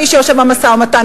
מי שיושב במשא-ומתן,